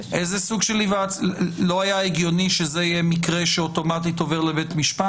לא היה הגיוני שזה יהיה מקרה שאוטומטית עובר לבית משפט?